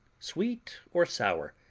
sweet or sour,